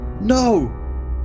No